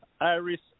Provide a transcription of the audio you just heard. Iris